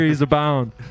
abound